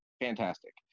fantastic